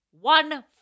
One